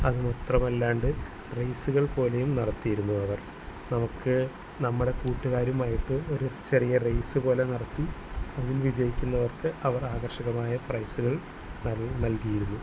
അതു മാത്രമല്ലാണ്ട് റെയ്സുകൾ പോലെയും നടത്തിയിരുന്നു അവർ നമുക്ക് നമ്മടെ കൂട്ടുകാരുമായിട്ട് ഒരു ചെറിയ റെയ്സ് പോലെ നടത്തി അതിൽ വിജയിക്കുന്നവർക്ക് അവർ ആകർഷകമായ പ്രൈസുകൾ നൽകിയിരുന്നു